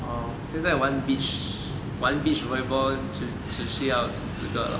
orh 现在玩 beach 玩 beach volleyball 只需要四个 lor